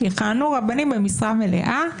יכהנו רבנים במשרה מלאה,